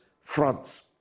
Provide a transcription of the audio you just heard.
fronts